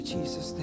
Jesus